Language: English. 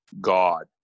God